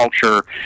culture